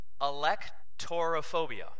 Electorophobia